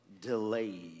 delay